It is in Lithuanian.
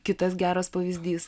kitas geras pavyzdys